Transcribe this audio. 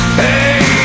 hey